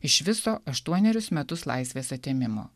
iš viso aštuonerius metus laisvės atėmimo